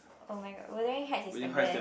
oh-my-god wuthering heights is the best